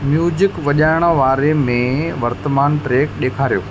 music वञाइणु वारे में वर्तमान ट्रेक ॾेखारियो